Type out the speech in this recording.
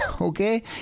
okay